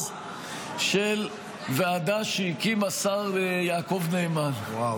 של ועדה שהקים השר יעקב נאמן -- וואו,